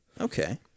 Okay